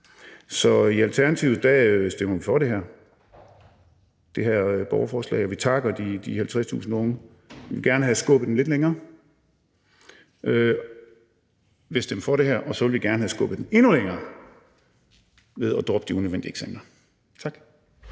Så i Alternativet stemmer vi for det her borgerforslag, og vi takker de 50.000 unge. Vi ville gerne have skubbet aftalen lidt længere. Vi vil stemme for det her, og så ville vi gerne have skubbet den endnu længere ved at droppe de unødvendige eksamener. Tak.